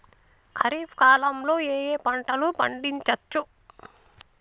ఖరీఫ్ కాలంలో ఏ ఏ పంటలు పండించచ్చు?